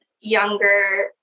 younger